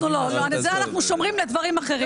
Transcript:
זה אנחנו שומרים לדברים אחרים.